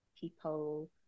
people